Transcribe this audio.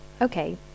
okay